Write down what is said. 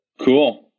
Cool